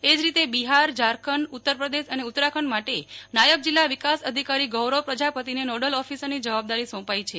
એ જ રીતે બિહાર ઝારખંડ ઉત્તરપ્રદેશ અને ઉત્તરાખંડ માટે નાયબ જિલ્લા વિકાસ અધિકારી ગૌરવ પ્રજાપતિને નોડેલ ઓફિસરની જવાબદારી સોંપાઈ છે